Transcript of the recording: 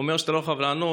אומר שאתה לא חייב לענות,